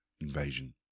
invasion